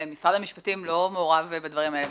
משרד המשפטים לא מעורב בדברים האלה.